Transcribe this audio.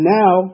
now